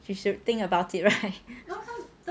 she should think about it right